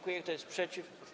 Kto jest przeciw?